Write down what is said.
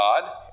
God